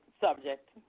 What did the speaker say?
subject